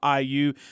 IU